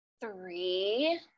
Three